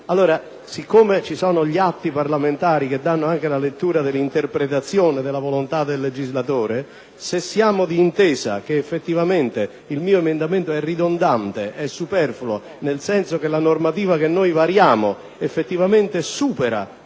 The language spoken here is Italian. Allora, siccome vi sono gli atti parlamentari a dare anche la lettura dell'interpretazione della volontà del legislatore, se siamo d'intesa che, effettivamente, il mio emendamento è ridondante e superfluo, nel senso che la normativa che noi variamo supera